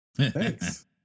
Thanks